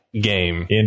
game